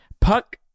Puck